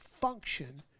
function